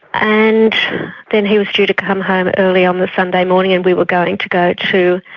and then he was due to come home early on the sunday morning and we were going to go to,